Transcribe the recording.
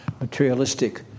materialistic